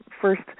first